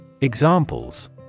examples